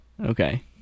Okay